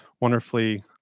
wonderfully